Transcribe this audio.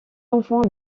enfants